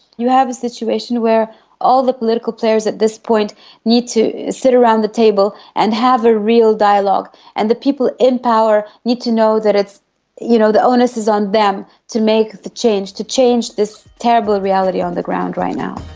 you have a situation where all the political players at this point need to sit around the table and have a real dialogue and the people in power need to know that you know the onus is on them to make the change, to change this terrible reality on the ground right now.